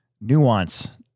nuance